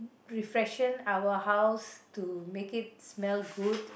refreshen our house to make it smell good